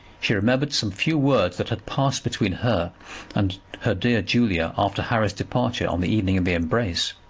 she remembered some few words that had passed between her and her dear julia after harry's departure on the evening of the embrace,